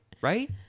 Right